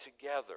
together